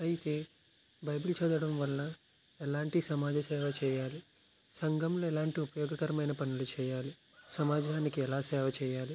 అయితే బైబిల్ చదవడం వల్ల ఎలాంటి సమాజ సేవ చేయాలి సంఘంలో ఎలాంటి ఉపయోగకరమైన పనులు చేయాలి సమాజానికి ఎలా సేవ చేయాలి